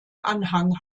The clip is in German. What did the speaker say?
anhang